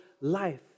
life